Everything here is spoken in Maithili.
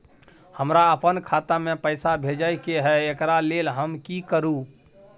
हमरा अपन खाता में पैसा भेजय के है, एकरा लेल हम की करू?